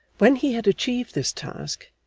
when he had achieved this task,